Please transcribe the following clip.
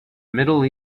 middle